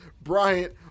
Bryant